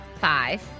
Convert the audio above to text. Five